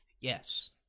yes